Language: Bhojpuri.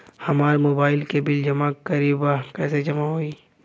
हमार मोबाइल के बिल जमा करे बा कैसे जमा होई?